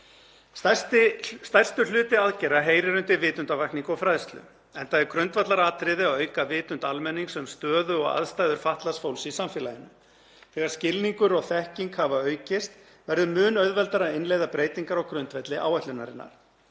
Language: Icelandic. Stærstur hluti aðgerða heyrir undir vitundarvakningu og fræðslu, enda er grundvallaratriði að auka vitund almennings um stöðu og aðstæður fatlaðs fólks í samfélaginu. Þegar skilningur og þekking hafa aukist verður mun auðveldara að innleiða breytingar á grundvelli áætlunarinnar.